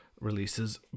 releases